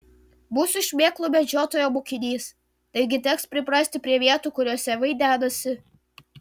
būsiu šmėklų medžiotojo mokinys taigi teks priprasti prie vietų kuriose vaidenasi